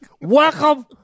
welcome